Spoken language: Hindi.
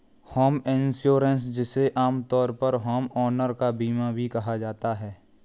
होम इंश्योरेंस जिसे आमतौर पर होमओनर का बीमा भी कहा जाता है